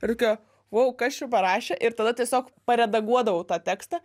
ir tokia wow kas čia parašė ir tada tiesiog paredaguodavau tą tekstą